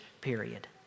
period